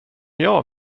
jag